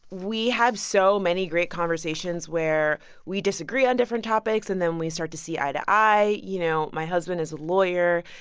we have so many great conversations where we disagree on different topics and then we start to see eye to eye. you know, my husband is a lawyer.